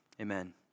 Amen